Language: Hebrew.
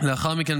ולאחר מכן,